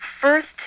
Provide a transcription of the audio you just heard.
First